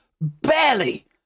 barely